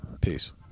Peace